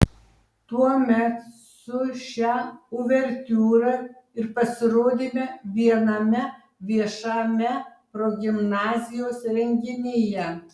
tuomet su šia uvertiūra ir pasirodėme viename viešame progimnazijos renginyje